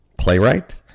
playwright